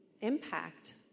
impact